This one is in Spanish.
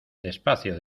despacio